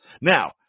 Now